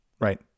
Right